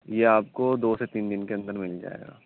یہ آپ کو دو سے تین دِن کے اندر مل جائے گا